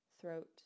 throat